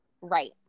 right